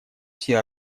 все